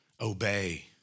Obey